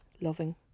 loving